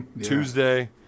Tuesday